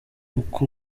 uko